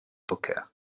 poker